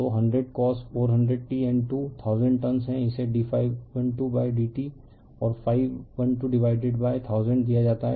तो 100cos400 t N2 1000 turns है इसे d ∅12 d t or ∅1 two divided by 1000 दिया जाता है